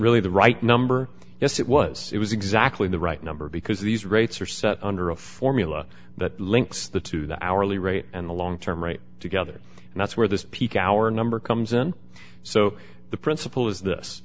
really the right number yes it was it was exactly the right number because these rates are set under a formula that links the to the hourly rate and the long term right together and that's where the peak hour number comes in so the principle is this